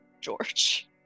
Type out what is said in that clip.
George